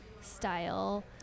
style